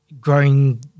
growing